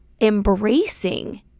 embracing